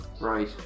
Right